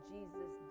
Jesus